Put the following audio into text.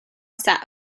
sat